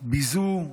ביזו,